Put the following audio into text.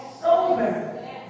sober